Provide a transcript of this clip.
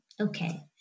Okay